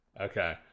okay